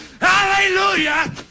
Hallelujah